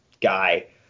guy